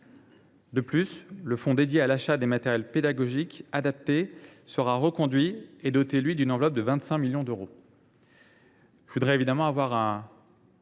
De plus, le fonds de soutien à l’achat des matériels pédagogiques adaptés sera reconduit et doté d’une enveloppe de 25 millions d’euros. Je voudrais évidemment dire un